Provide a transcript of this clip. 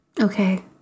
Okay